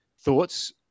thoughts